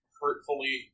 hurtfully